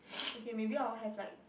okay maybe I'll have like